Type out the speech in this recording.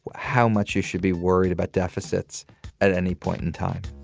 how much you should be worried about deficits at any point in time